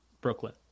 Brooklyn